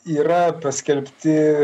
yra paskelbti